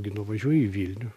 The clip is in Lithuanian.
gi nuvažiuoji į vilnių